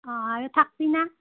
অঁ আৰু থাকিবিনে